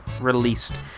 released